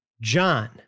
John